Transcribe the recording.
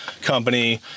company